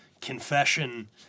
confession